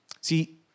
See